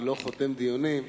ולא חותם דיונים.